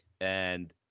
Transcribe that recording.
And-